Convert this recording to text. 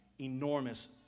enormous